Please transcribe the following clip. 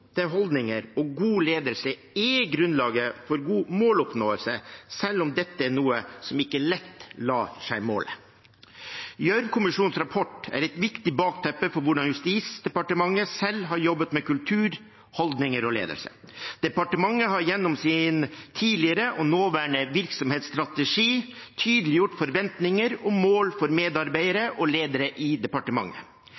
ledelse er grunnlaget for god måloppnåelse, selv om dette er noe som ikke lett lar seg måle. Gjørv-kommisjonens rapport er et viktig bakteppe for hvordan Justisdepartementet selv har jobbet med kultur, holdninger og ledelse. Departementet har gjennom sin tidligere og nåværende virksomhetsstrategi tydeliggjort forventninger og mål for medarbeidere